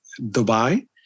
Dubai